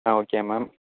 ah okay ma'am